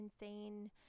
insane